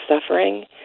suffering